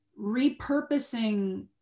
repurposing